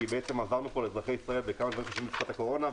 כי אנחנו עוזרים פה לאזרחי ישראל בכמה דברים חשובים בתקופת הקורונה.